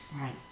Right